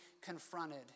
confronted